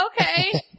okay